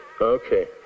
okay